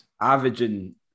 averaging